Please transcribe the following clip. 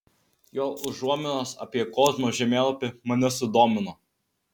jo užuominos apie kozmo žemėlapį mane sudomino